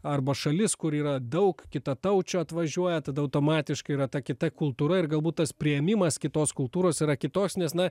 arba šalis kur yra daug kitataučių atvažiuoja tada automatiškai yra ta kita kultūra ir galbūt tas priėmimas kitos kultūros yra kitos nes na